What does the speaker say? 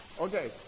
Okay